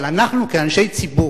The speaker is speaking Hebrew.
אבל אנחנו, כאנשי ציבור,